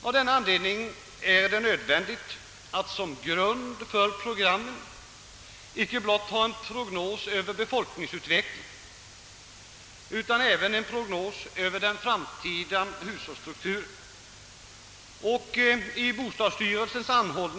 Av denna anledning är det nödvändigt att som grund för programmen ha en prognos icke blott över den väntade befolkningsutvecklingen utan även över den framtida hushållsstrukturen.